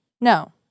No